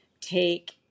take